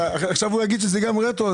עכשיו הוא יגיד שזה גם הולך רטרו,